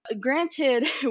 Granted